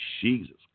Jesus